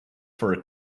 for